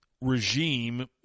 regime